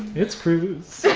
it's cruise